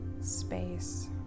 space